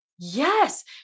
Yes